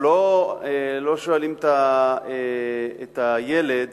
לא שואלים את הילד